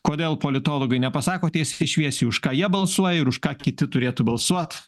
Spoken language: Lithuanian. kodėl politologai nepasako tiesiai šviesiai už ką jie balsuoja ir už ką kiti turėtų balsuot